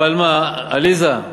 עליזה,